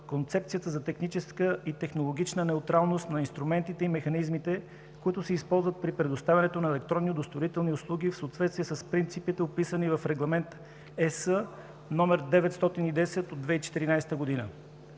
Концепцията за техническа и технологична неутралност на инструментите и механизмите, които се използват при предоставянето на електронни удостоверителни услуги в съответствие с принципите, описани в Регламент ЕС 910/2014 г.